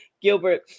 Gilbert